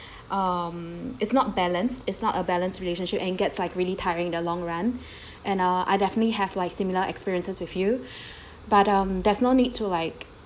um it's not balanced it's not a balanced relationship and gets like really tiring in the long run and uh I definitely have like similar experiences with you but um there's no need to like